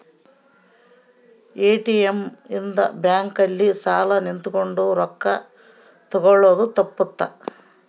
ATM ಇಂದ bank ಅಲ್ಲಿ ಸಾಲ್ ನಿಂತ್ಕೊಂಡ್ ರೊಕ್ಕ ತೆಕ್ಕೊಳೊದು ತಪ್ಪುತ್ತ